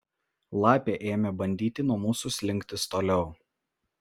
lapė ėmė bandyti nuo mūsų slinktis toliau